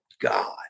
God